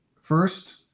first